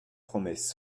promesse